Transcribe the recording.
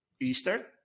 easter